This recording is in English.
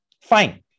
fine